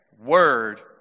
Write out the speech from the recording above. word